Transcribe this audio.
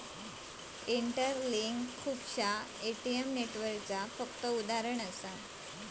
interlink खुपश्या ATM नेटवर्कचा फक्त उदाहरण असा